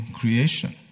creation